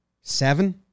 Seven